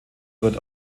wird